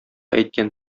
әйткән